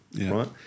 right